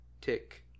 tick